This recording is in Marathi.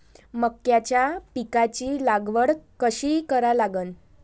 मक्याच्या पिकाची लागवड कशी करा लागन?